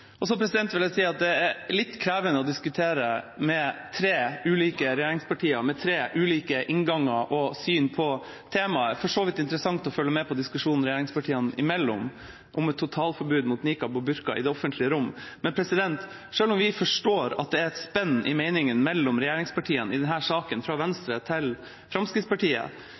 Det er litt krevende å diskutere med tre ulike regjeringspartier med tre ulike innganger og syn på temaet. Det er for så vidt interessant å følge med på diskusjonen regjeringspartiene imellom om et totalforbud mot nikab og burka i det offentlige rom, men selv om vi forstår at det er et spenn i meningene mellom regjeringspartiene i denne saken, fra Venstre til Fremskrittspartiet,